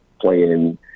playing